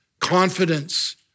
confidence